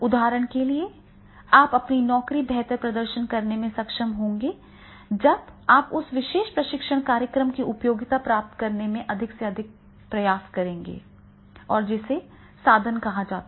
उदाहरण के लिए आप अपनी नौकरी बेहतर प्रदर्शन करने में सक्षम होंगे जब आप उस विशेष प्रशिक्षण कार्यक्रम की उपयोगिता प्राप्त करने के लिए अधिक प्रयास करेंगे और जिसे साधन कहा जाता है